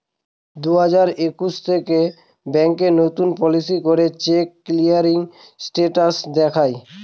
দুই হাজার একুশ থেকে ব্যাঙ্ক নতুন পলিসি করে চেক ক্লিয়ারিং স্টেটাস দেখায়